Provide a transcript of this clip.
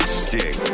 stick